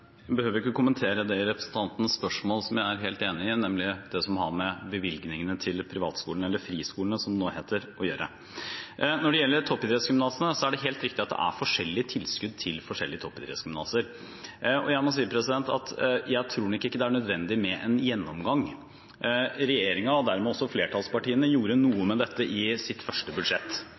behøver ikke kommentere det i representantens spørsmål som jeg er helt enig i, nemlig det som har med bevilgningene til privatskolene – eller friskolene, som det nå heter – å gjøre. Når det gjelder toppidrettsgymnasene, er det helt riktig at det er forskjellige tilskudd til forskjellige toppidrettsgymnas. Jeg må si at jeg tror nok ikke det er nødvendig med en gjennomgang. Regjeringen, og dermed også flertallspartiene, gjorde noe med dette i sitt første budsjett.